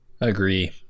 agree